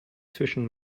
zwischen